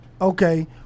Okay